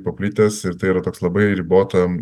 paplitęs ir tai yra toks labai ribotam